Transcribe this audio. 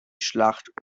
schlacht